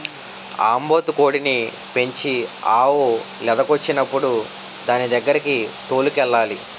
ఆంబోతు కోడిని పెంచి ఆవు లేదకొచ్చినప్పుడు దానిదగ్గరకి తోలుకెళ్లాలి